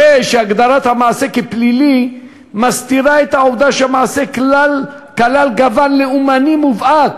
הרי הגדרת המעשה כפלילי מסתירה את העובדה שהמעשה כלל גוון לאומני מובהק